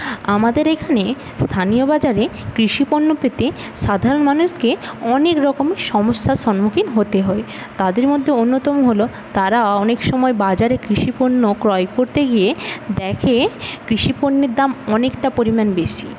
আমাদের এইখানে স্থানীয় বাজারে কৃষিপণ্য পেতে সাধারণ মানুষকে অনেকরকম সমস্যার সম্মুখীন হতে হয় তাদের মধ্যে অন্যতম হলো তারা অনেক সময় বাজারে কৃষিপণ্য ক্রয় করতে গিয়ে দেখে কৃষিপণ্যের দাম অনেকটা পরিমাণ বেশী